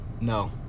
No